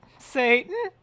Satan